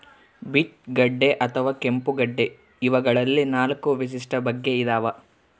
beet ಗಡ್ಡೆ ಅಥವಾ ಕೆಂಪುಗಡ್ಡೆ ಇವಗಳಲ್ಲಿ ನಾಲ್ಕು ವಿಶಿಷ್ಟ ಬಗೆ ಇದಾವ